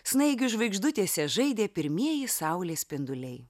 snaigių žvaigždutėse žaidė pirmieji saulės spinduliai